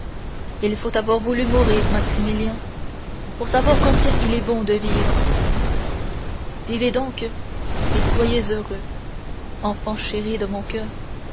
il faut avoir voulu mourir maximilien pour savoir combien il est bon de vivre vivez donc et soyez heureux enfants chéris de mon coeur